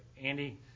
Andy